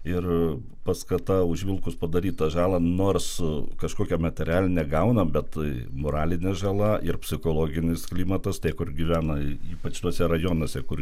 ir paskata už vilkus padarytą žalą nors su kažkokia materialine gaunam bet tai moralinė žala ir psichologinis klimatas tai kur gyvenai ypač tuose rajonuose kur